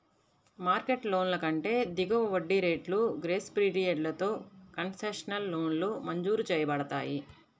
market లోన్ల కంటే దిగువ వడ్డీ రేట్లు, గ్రేస్ పీరియడ్లతో కన్సెషనల్ లోన్లు మంజూరు చేయబడతాయి